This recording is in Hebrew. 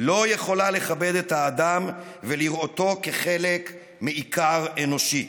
לא יכולה לכבד את האדם ולראותו כחלק מעיקר אנושי.